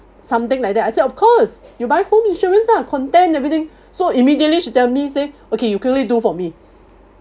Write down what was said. something like that I said of course you buy home insurance lah content everything so immediately she tell me say okay you quickly do for me